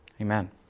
amen